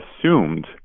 assumed